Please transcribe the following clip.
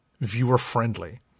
viewer-friendly